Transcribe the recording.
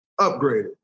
Upgraded